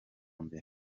mbere